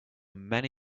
many